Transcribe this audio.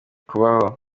kubaho